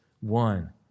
one